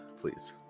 please